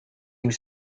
was